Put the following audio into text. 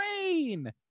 rain